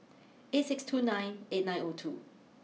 eight six two nine eight nine O two